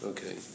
Okay